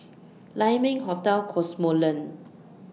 Lai Ming Hotel Cosmoland